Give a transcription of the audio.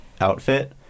outfit